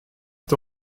est